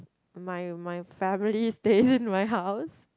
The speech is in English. my my family stays in my house